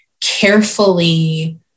carefully